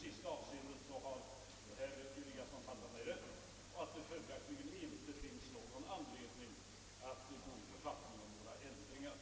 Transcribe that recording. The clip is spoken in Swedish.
Finansministern och jag har antagligen delade meningar om huruvida detta är rättvist.